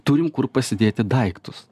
turim kur pasidėti daiktus